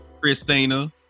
Christina